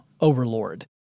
overlord